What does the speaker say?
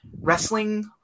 wrestling